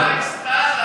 איזה אקסטזה.